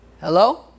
Hello